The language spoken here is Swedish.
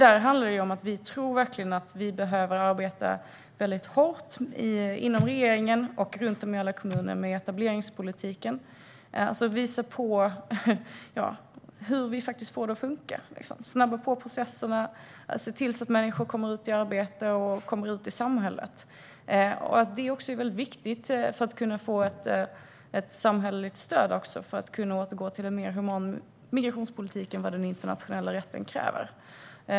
Vi tror verkligen att vi behöver arbeta väldigt hårt inom regeringen och runt om i alla kommuner med etableringspolitiken och hur vi får det att fungera. Det handlar om att snabba på processerna och se till att människor kommer ut i arbete och ut i samhället. Det är också viktigt för att kunna få ett samhälleligt stöd för att kunna återgå till en mer human migrationspolitik än vad den internationella rätten kräver.